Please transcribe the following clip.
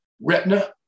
retina